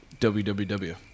WWW